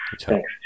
thanks